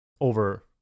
over